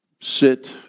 sit